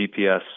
GPS